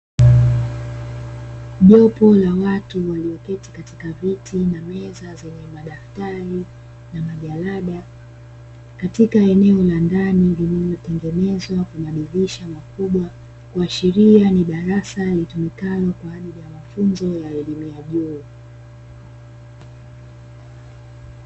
Jopo la watu walioketi katika viti na meza zenye madaftari na majalada, katika eneo la ndani lililotengenezwa kwa madirisha makubwa, kuashiria ni darasa litumikayo kwa ajili ya mafunzo ya elimu ya juu.